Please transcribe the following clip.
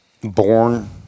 born